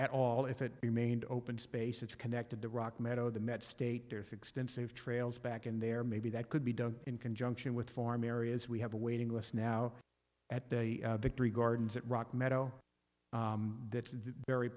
at all if it remained open space it's connected to rock meadow the met state there's extensive trails back in there maybe that could be done in conjunction with farm areas we have a waiting list now at the victory gardens at rock meadow that very